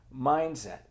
mindset